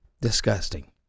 disgusting